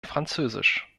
französisch